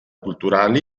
culturali